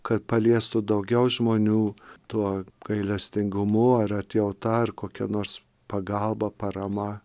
kad paliestų daugiau žmonių tuo gailestingumu ar atjauta ar kokia nors pagalba parama